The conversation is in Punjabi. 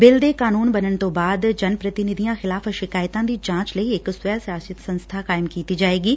ਬਿੱਲ ਦੇ ਕਾਨੂੰਨ ਬਣਨ ਤੋਂ ਬਾਅਦ ਜਨ ਪ੍ਤੀਨਿਧੀਆਂ ਖਿਲਾਫ਼ ਸ਼ਿਕਾਇਤਾਂ ਦੀ ਜਾਂਚ ਲਈ ਇਕ ਸਵੈ ਸਾਸ਼ਿਤ ਸੰਸਬਾ ਕਾਇਮ ਕੀਤੀ ਜਾਵੇਗੀ